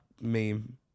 meme